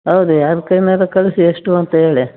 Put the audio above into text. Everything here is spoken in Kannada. ಹೌದು ಯಾರ ಕೈಲಾದ್ರು ಕಳಿಸಿ ಎಷ್ಟು ಅಂತ ಹೇಳಿ